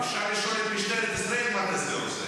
אפשר לשאול את משטרת ישראל מה טסלר עושה,